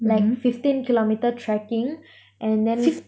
like fifteen kilometre trekking and then